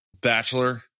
Bachelor